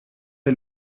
est